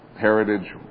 heritage